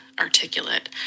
articulate